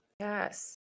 Yes